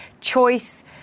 choice